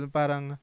parang